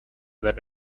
that